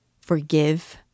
Forgive